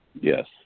Yes